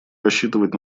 рассчитывать